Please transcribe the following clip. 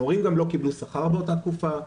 ההורים גם לא קיבלו שכר באותה תקופה.